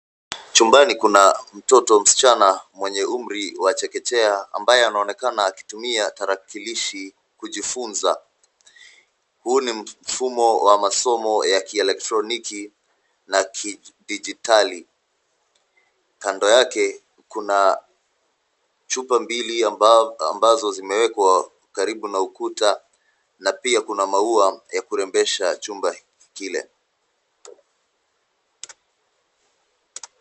Chumbani kuna mtoto msichana mwenye umri wa chekechea ambaye anaonekana akitumia tarakilishi kujifunza. Huu ni mfumo wa masomo ya kielektroniki na kidijitali. Kando yake kuna chupa mbili ambazo zimewekwa karibu na ukuta na pia kuna maua ya kurembesha chumba kile.